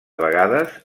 vegades